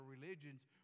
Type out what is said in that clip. religions